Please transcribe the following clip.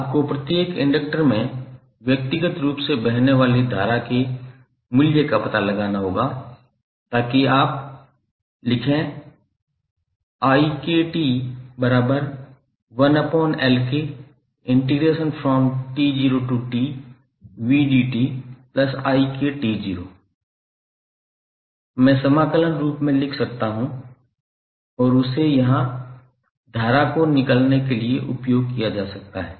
आपको प्रत्येक इंडक्टर में व्यक्तिगत रूप से बहने वाले धारा के मूल्य का पता लगाना होगा ताकि आप लिखें मैं समाकलन रूप में लिख सकता हूँ और उसे यहाँ धारा को निकलने के लिए उपयोग किया जा सकता है